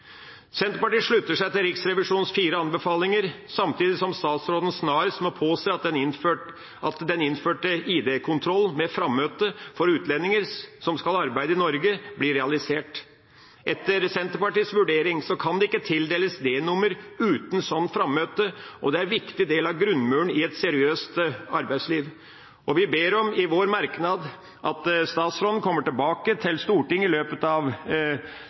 Senterpartiet slutter seg til Riksrevisjonens fire anbefalinger, samtidig som statsråden snarest må påse at den innførte ID-kontrollen med frammøte for utlendinger som skal arbeide i Norge, blir realisert. Etter Senterpartiets vurdering kan det ikke tildeles D-nummer uten sånt frammøte, og det er en viktig del av grunnmuren i et seriøst arbeidsliv. Vi ber i våre merknader om at statsråden kommer tilbake til Stortinget i løpet av